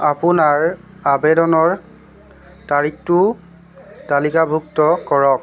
আপোনাৰ আৱেদনৰ তাৰিখটোও তালিকাভুক্ত কৰক